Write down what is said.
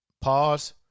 Pause